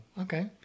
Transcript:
Okay